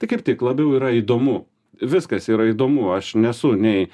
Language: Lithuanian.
tai kaip tik labiau yra įdomu viskas yra įdomu aš nesu nei